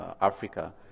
Africa